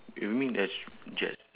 you mean like jazz